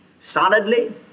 solidly